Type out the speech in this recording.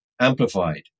Amplified